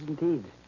indeed